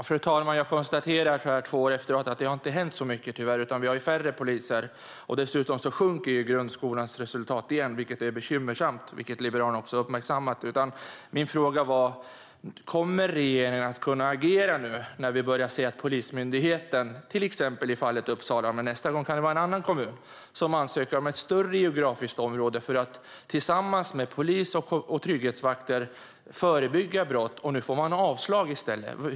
Fru talman! Jag konstaterar tyvärr att det så här två år efteråt inte har hänt särskilt mycket, utan vi har färre poliser. Dessutom sjunker resultaten i grundskolan igen. Det är bekymmersamt. Liberalerna har också uppmärksammat det. Min fråga gällde om regeringen kommer att kunna agera nu när vi börjar se att kommuner, till exempel Uppsala - men nästa gång kan det vara i en annan kommun - ansöker om ett större geografiskt område där polis och trygghetsvakter kan förebygga brott tillsammans. Uppsala fick avslag på sin ansökan.